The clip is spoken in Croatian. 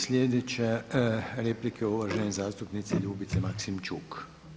Sljedeća replika je uvažene zastupnice Ljubice Maksimčuk.